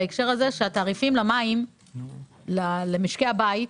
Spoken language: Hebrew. בהקשר שהתעריפים למים של משקי הבית,